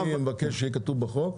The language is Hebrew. לא, אני מבקש שיהיה כתוב בחוק,